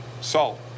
salt